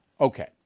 Okay